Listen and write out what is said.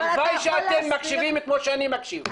הלוואי שאתם תקשיבו כמו שאני מקשיב.